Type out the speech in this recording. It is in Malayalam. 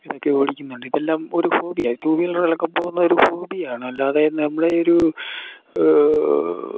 ഇതൊക്കെ ഓടിക്കുന്നുണ്ട് ഇതെല്ലാം ഒരു ഹോബിയാ ടൂ വീലറുകളെലൊക്കെ പോകുന്നതൊരു ഹോബിയാണ് അല്ലാതെ നമ്മുടെ ഒരു